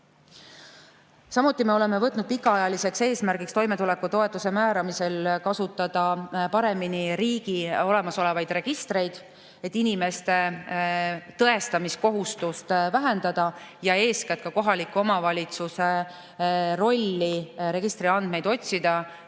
Samuti oleme võtnud pikaajaliseks eesmärgiks toimetulekutoetuse määramisel kasutada paremini riigi olemasolevaid registreid, et inimeste tõendamiskohustust vähendada ja eeskätt vähendada kohaliku omavalitsuse rolli registriandmete otsimisel, et